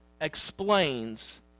explains